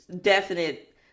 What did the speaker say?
definite